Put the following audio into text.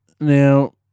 Now